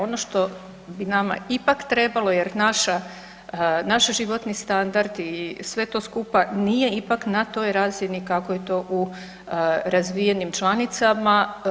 Ono što bi nama ipak trebalo jer naša, naš životni standard i sve to skupa nije ipak na toj razini kako je to u razvijenim članicama.